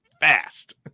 fast